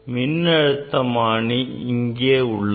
மின்னழுத்தமானி இங்கே உள்ளது